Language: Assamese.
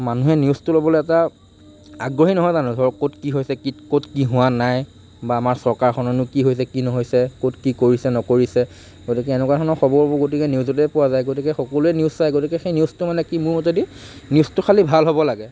মানুহে নিউজটো ল'বলৈ এটা আগ্ৰহী নহয় জানো ধৰক ক'ত কি হৈছে ক'ত কি হোৱা নাই বা আমাৰ চৰকাৰখনেনো কি হৈছে কি নহৈছে ক'ত কি কৰিছে নকৰিছে গতিকে এনেকুৱাধৰণৰ খবৰবোৰ গতিকে নিউজতে পোৱা যায় গতিকে সকলোৱে নিউজ চায় গতিকে সেই নিউজটো মানে কি মোৰ মতেদি নিউজটো খালী ভাল হ'ব লাগে